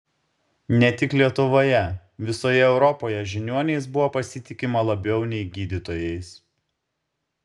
ne tik lietuvoje visoje europoje žiniuoniais buvo pasitikima labiau nei gydytojais